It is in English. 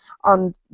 on